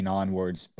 onwards